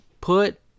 put